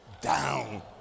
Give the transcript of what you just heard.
down